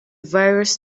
virus